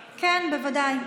כן, בוודאי.